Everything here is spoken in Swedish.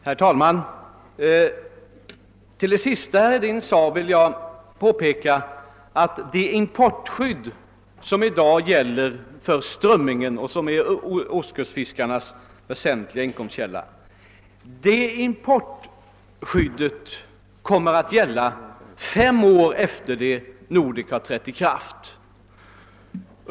Herr talman! Med anledning av det senaste herr Hedin sade vill jag påpeka att det importskydd som i dag gäller för strömmingen — vilken är ostkustfiskarnas väsentliga inkomstkälla — kommer att finnas kvar under fem år efter det att Nordek har trätt i kraft.